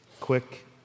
quick